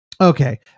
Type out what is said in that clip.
okay